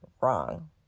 wrong